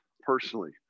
personally